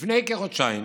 לפני כחודשיים